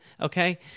Okay